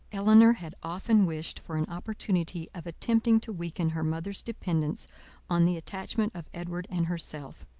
elinor had often wished for an opportunity of attempting to weaken her mother's dependence on the attachment of edward and herself,